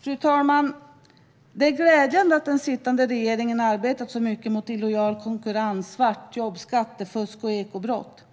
Fru talman! Det är glädjande att den sittande regeringen har arbetat så mycket mot illojal konkurrens, svartjobb, skattefusk och ekobrott.